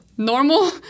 normal